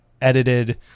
edited